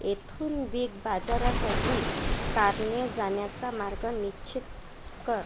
येथून बिग बाजारसाठी कारने जाण्याचा मार्ग निश्चित कर